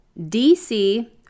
DC